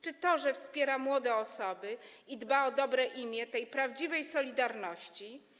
Czy to, że wspiera młode osoby i dba o dobre imię tej prawdziwej „Solidarności”